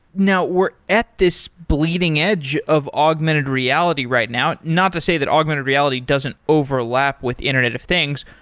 now we're at this bleeding edge of augmented reality right now, not to say that augmented reality doesn't overlap with internet of things,